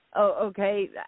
okay